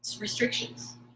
restrictions